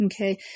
Okay